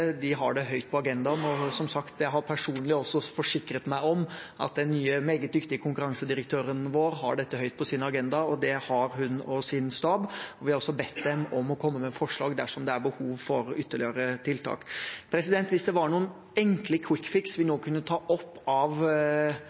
de har det høyt på agendaen. Jeg har, som sagt, personlig forsikret meg om at den nye, meget dyktige konkurransedirektøren vår har dette høyt på sin agenda, og det har hun og staben hennes. Vi har også bedt dem om å komme med forslag dersom det er behov for ytterligere tiltak. Hvis det var noen enkel kvikkfiks vi nå kunne ta opp av